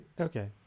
okay